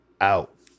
out